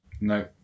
No